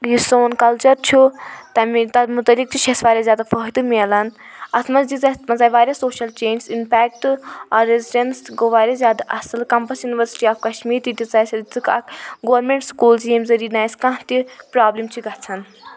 بیٚیہِ یُس سون کلچر چھُ تَمیٛک تَتھ متعلق تہِ چھُ اسہِ واریاہ زیادٕ فٲیدٕ میلان اَتھ منٛز اَتھ منٛز آیہِ واریاہ سوشَل چینٛجٕز اِمپیکٹہٕ ٲں ریٚزڈیٚنٕس تہِ گوٚو واریاہ زیادٕ اصٕل کیٚمپَس یونیوَرسٹی آف کشمیٖر تہِ دِژٕکھ اکھ گورمیٚنٛٹ سکوٗلٕز ییٚمہِ ذریعہ نہٕ اسہِ کانٛہہ تہِ پرٛابلِم چھِ گژھان